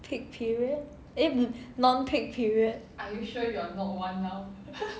peak period eh no non peak period